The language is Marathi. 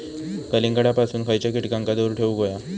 कलिंगडापासून खयच्या कीटकांका दूर ठेवूक व्हया?